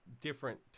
different